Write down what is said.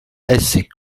esi